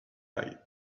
eye